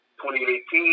2018